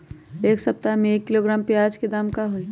एक सप्ताह में एक किलोग्राम प्याज के दाम का होई?